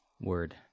Word